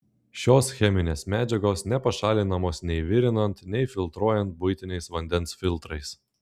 šios cheminės medžiagos nepašalinamos nei virinant nei filtruojant buitiniais vandens filtrais